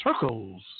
Circles